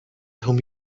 whom